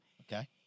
Okay